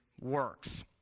works